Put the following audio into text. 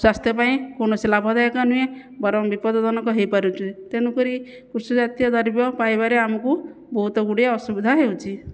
ସ୍ଵାସ୍ଥ୍ୟ ପାଇଁ କୌଣସି ଲାଭଦାୟକ ନୁହେଁ ବରଂ ବିପଦଜନକ ହୋଇପାରୁଛି ତେଣୁ କରି କୃଷିଜାତୀୟ ଦ୍ରବ୍ୟ ପାଇବାରେ ଆମକୁ ବହୁତଗୁଡ଼ିଏ ଅସୁବିଧା ହେଉଛି